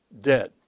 dead